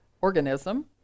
organism